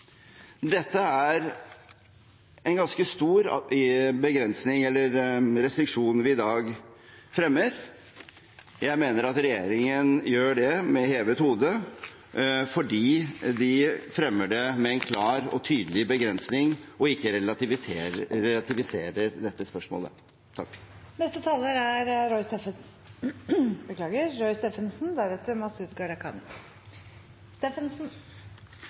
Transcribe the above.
en ganske stor restriksjon. Jeg mener regjeringen gjør det med hevet hode fordi de fremmer den med en klar og tydelig begrensing og ikke relativiserer dette spørsmålet.